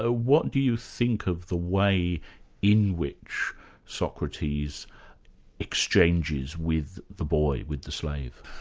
ah what do you think of the way in which socrates exchanges with the boy, with the slave?